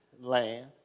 land